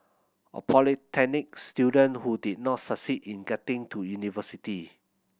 a polytechnic student who did not succeed in getting to university